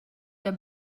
der